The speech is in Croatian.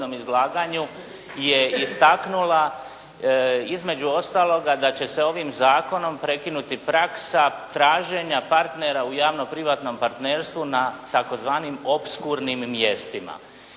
izlaganju je istaknula između ostaloga da će se ovim zakonom prekinuti praksa traženja partnera u javno privatnom partnerstvu na tzv. opskurnim mjestima.